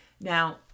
Now